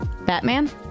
Batman